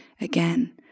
again